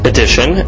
Edition